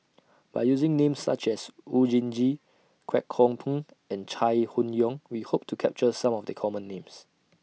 By using Names such as Oon Jin Gee Kwek Hong Png and Chai Hon Yoong We Hope to capture Some of The Common Names